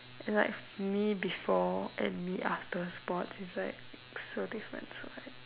it's like me before and me after sports it's like so different so bad